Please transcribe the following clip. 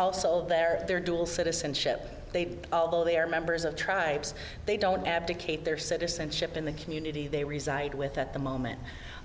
also they're there dual citizenship they although they are members of tribes they don't abdicate their citizenship in the community they reside with at the moment